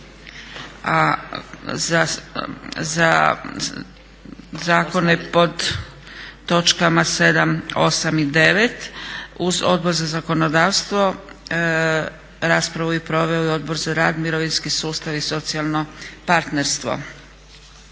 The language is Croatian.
Za zakone pod točkama 7., 8. i 9. uz Odbor za zakonodavstvo raspravu je proveo i Odbor za rad, mirovinski sustav i socijalno partnerstvo.